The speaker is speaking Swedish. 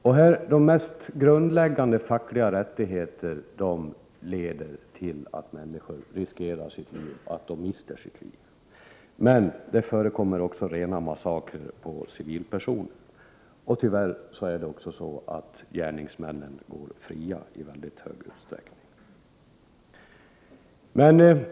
Hävdandet av de mest grundläggande fackliga rättigheter leder till att människor riskerar sitt liv, att de mister livet. Men också rena massakrer på civilpersoner förekommer. Tyvärr går gärningsmännen i mycket stor utsträckning fria.